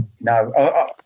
No